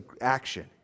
action